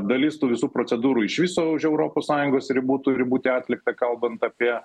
dalis tų visų procedūrų iš viso už europos sąjungos ribų turi būti atlikta kalbant apie